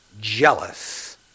jealous